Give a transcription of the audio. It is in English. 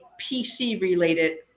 PC-related